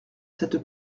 cette